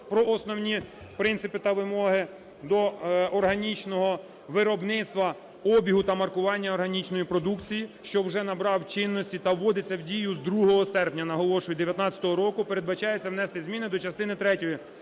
"Про основні принципи та вимоги до органічного виробництва, обігу та маркування органічної продукції", що вже набрав чинності та вводиться в дію з 2 серпня, наголошую, 19-го року, передбачається внести зміни до частини